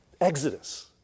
Exodus